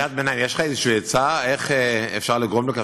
בקריאת ביניים: יש לך איזו עצה איך אפשר לגרום לכך